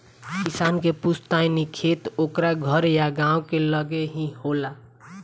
किसान के पुस्तैनी खेत ओकरा घर या गांव के लगे ही होला